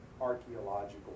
archaeological